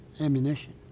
ammunition